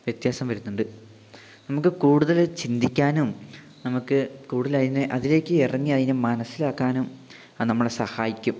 വ്യത്യാസം വരുത്തുന്നുണ്ട് നമുക്ക് കൂടുതല് ചിന്തിക്കാനും നമുക്ക് കൂടുതലതിനെ അതിലേക്ക് ഇറങ്ങി അതിനെ മനസ്സിലാക്കാനും അത് നമ്മളെ സഹായിക്കും